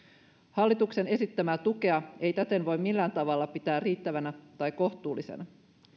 hallituksen esittämää tukea ei täten voi millään tavalla pitää riittävänä tai kohtuullisena